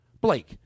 Blake